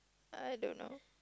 I don't know